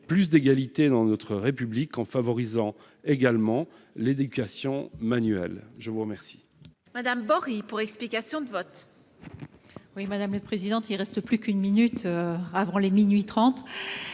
plus d'égalité dans notre République en favorisant également l'éducation manuelle ? La parole